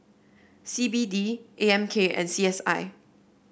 C B D A M K and C S I